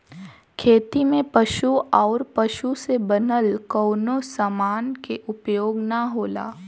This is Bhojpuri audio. खेती में पशु आउर पशु से बनल कवनो समान के उपयोग ना होला